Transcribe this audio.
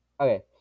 Okay